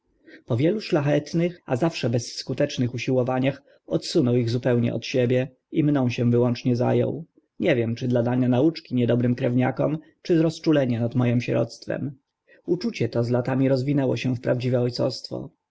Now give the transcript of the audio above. wielu szlachetnych a zawsze bezskutecznych usiłowaniach odsunął ich zupełnie od siebie i mną się wyłącznie za ął nie wiem czy dla dania nauczki niedobrym krewniakom czy z rozczulenia nad moim sieroctwem uczucie to z latami rozwinęło się w prawdziwe o